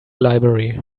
library